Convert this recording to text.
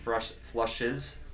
flushes